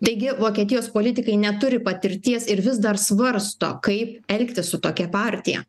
taigi vokietijos politikai neturi patirties ir vis dar svarsto kaip elgtis su tokia partija